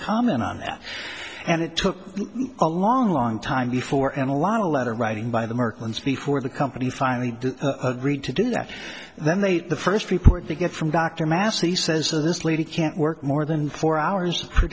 comment on that and it took a long long time before and a lot of letter writing by the merkins before the company finally agreed to do that then they the first report they get from dr massey says this lady can't work more than four hours per